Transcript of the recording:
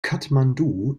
kathmandu